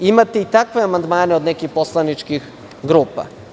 Imate i takve amandmane od nekih poslaničkih grupa.